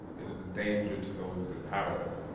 it is a danger to those in power.